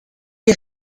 est